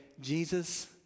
Jesus